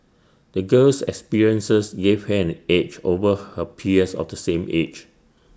the girl's experiences gave her an edge over her peers of the same age